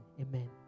Amen